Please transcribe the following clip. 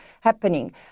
happening